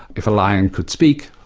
if a lion could speak,